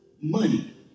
money